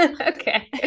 Okay